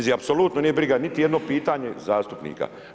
Njih apsolutno nije briga niti jedno pitanje zastupnika.